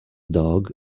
dog